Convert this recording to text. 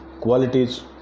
qualities